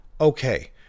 Okay